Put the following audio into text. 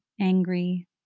Angry